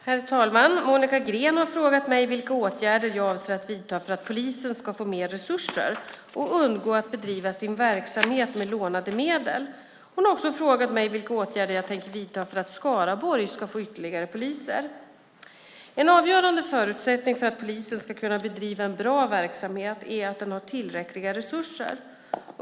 Herr talman! Monica Green har frågat mig vilka åtgärder jag avser att vidta för att polisen ska få mer resurser och undgå att bedriva sin verksamhet med lånade medel. Hon har också frågat mig vilka åtgärder jag tänker vidta för att Skaraborg ska få ytterligare poliser. En avgörande förutsättning för att polisen ska kunna bedriva en bra verksamhet är att den har tillräckliga resurser.